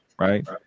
right